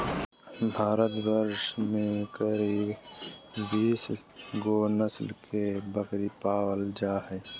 भारतवर्ष में करीब बीस गो नस्ल के बकरी पाल जा हइ